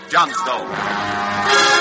Johnstone